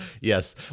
Yes